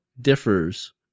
differs